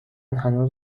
هنوز